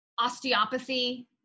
osteopathy